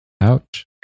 Ouch